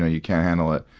ah you can't handle it.